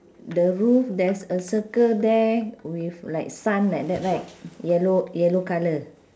the roof there's a circle there with like sun like that right yellow yellow colour